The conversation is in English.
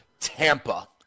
Tampa